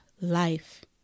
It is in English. life